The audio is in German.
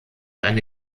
eine